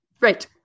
right